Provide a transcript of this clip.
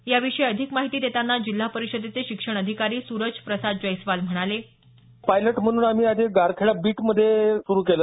याविषयी अधिक माहिती देतांना जिल्हा परिषदेचे शिक्षण अधिकारी सूरज प्रसाद जैस्वाल म्हणाले पायलट म्हणून आम्ही गारखेडा बीट मधे सुरू केलं